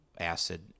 acid